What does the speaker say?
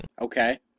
Okay